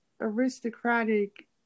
aristocratic